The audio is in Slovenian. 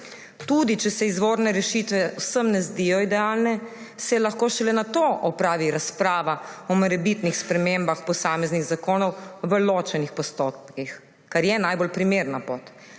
Tudi če se izvorne rešitve vsem ne zdijo idealne, se lahko šele nato opravi razprava o morebitnih spremembah posameznih zakonov v ločenih postopkih, kar je najbolj primerna pot.